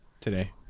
today